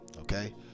Okay